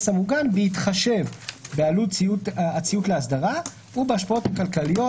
המוגן בהתחשב בעלות הציות לאסדרה ובהשפעות הכלכליות,